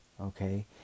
okay